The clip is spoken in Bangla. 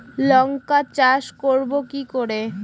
লঙ্কা চাষ করব কি করে?